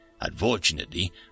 Unfortunately